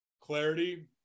Clarity